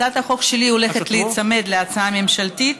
הצעת החוק שלי הולכת להיצמד להצעה הממשלתית,